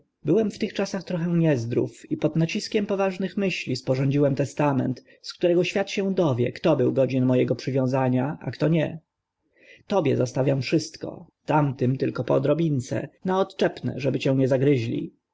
byłem w tych czasach trochę niezdrów i pod naciskiem poważnych myśli sporządziłem testament z którego świat się dowie kto był godzien mego przywiązania a kto nie tobie zostawiam wszystko tamtym tylko po odrobince na